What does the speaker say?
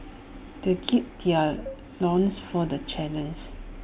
they gird their loins for the challenge